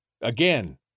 Again